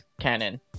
canon